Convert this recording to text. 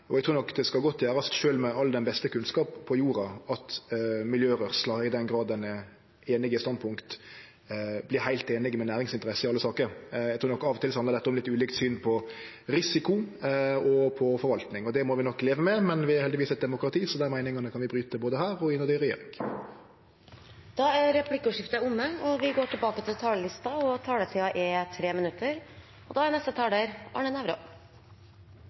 Eg trur nok det skal godt gjerast, sjølv med all den beste kunnskapen på jorda, at miljørørsla – i den grad den er einig i standpunkt – vert heilt einig med næringsinteressene i alle saker. Eg trur nok at av og til har ein litt ulike syn på risiko og på forvaltning, og det må vi nok leve med. Men vi er heldigvis eit demokrati, så dei meiningane kan vi bryte både her og i regjeringa. Replikkordskiftet er omme.